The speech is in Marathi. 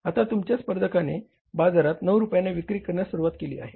आता तुमच्या स्पर्धकाने बाजारात 9 रुपयांना विक्री करण्यास सुरुवात केली आहे